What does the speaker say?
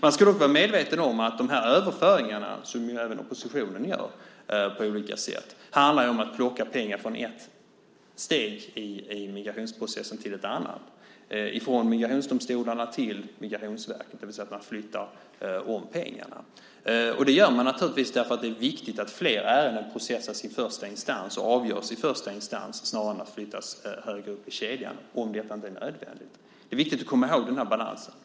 Man ska dock vara medveten om att de här överföringarna, som ju även oppositionen gör på olika sätt, handlar om att plocka pengar från ett steg i migrationsprocessen till ett annat - från migrationsdomstolarna till Migrationsverket. Man flyttar alltså om pengarna, och det gör man naturligtvis därför att det är viktigt att flera ärenden processas i första instans och också avgörs där snarare än att flyttas högre upp i kedjan om detta blir nödvändigt. Det är viktigt att komma ihåg den här balansen.